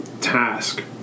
task